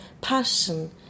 passion